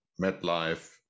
MetLife